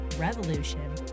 revolution